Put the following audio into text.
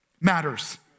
Matters